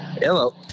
Hello